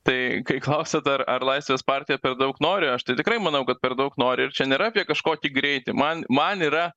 tai kai klausiat ar ar laisvės partija per daug nori aš tai tikrai manau kad per daug nori ir čia nėra apie kažkokį greitį man man yra